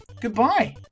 goodbye